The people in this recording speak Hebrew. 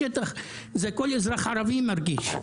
וכל אזרח ערבי מרגיש את המצב בשטח.